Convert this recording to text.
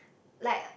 like